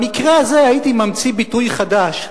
במקרה הזה הייתי ממציא ביטוי חדש: